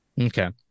okay